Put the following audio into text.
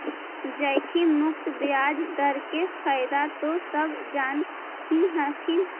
जोखिम मुक्त ब्याज दर के फयदा तो सब जान हीं हथिन